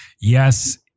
yes